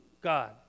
God